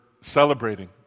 celebrating